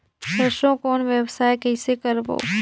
सरसो कौन व्यवसाय कइसे करबो?